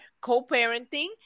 co-parenting